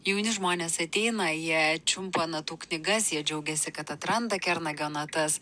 jauni žmonės ateina jie čiumpa natų knygas jie džiaugiasi kad atranda kernagio natas